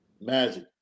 Magic